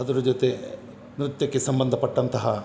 ಅದರ ಜೊತೆ ನೃತ್ಯಕ್ಕೆ ಸಂಬಂಧಪಟ್ಟಂತಹ